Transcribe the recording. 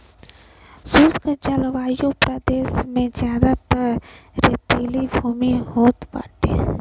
शुष्क जलवायु प्रदेश में जयादातर रेतीली भूमि होत बाटे